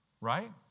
right